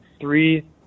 three